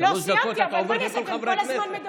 חס